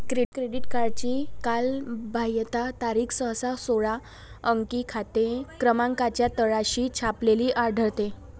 credit कार्डची कालबाह्यता तारीख सहसा सोळा अंकी खाते क्रमांकाच्या तळाशी छापलेली आढळते